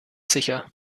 sicher